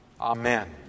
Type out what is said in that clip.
Amen